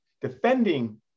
defending